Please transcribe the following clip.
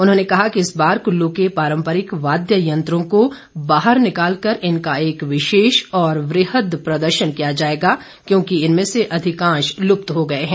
उन्होंने कहा कि इस बार कल्लू के पारंपरिक वाद्य यंत्रों को बाहर निकालकर इनका एक विशेष और वृहद प्रदर्शन किया जाएगा क्यों कि इनमें से अधिकांश लुप्त हो गए हैं